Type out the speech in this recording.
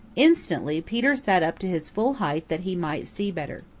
instantly peter sat up to his full height that he might see better.